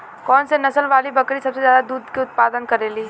कौन से नसल वाली बकरी सबसे ज्यादा दूध क उतपादन करेली?